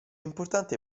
importante